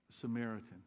Samaritan